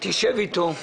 תשב אתו.